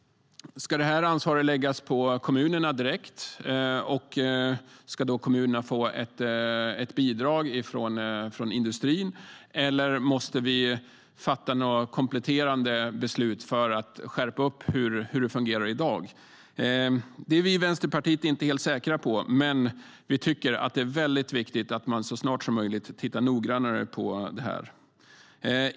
Ska detta ansvar läggas på kommunerna direkt? Ska kommunerna då få ett bidrag från industrin, eller måste vi fatta några kompletterande beslut för att skärpa detta i förhållande till hur det fungerar i dag? Det är vi i Vänsterpartiet inte helt säkra på. Men vi tycker att det är mycket viktigt att man så snart som möjligt tittar noggrannare på detta.